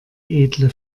edle